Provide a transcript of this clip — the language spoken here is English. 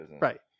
Right